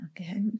Okay